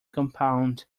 compound